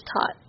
taught